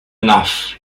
enough